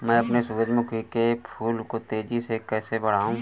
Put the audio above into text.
मैं अपने सूरजमुखी के फूल को तेजी से कैसे बढाऊं?